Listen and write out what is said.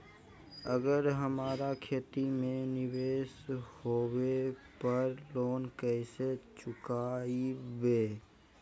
अगर हमरा खेती में निवेस होवे पर लोन कैसे चुकाइबे?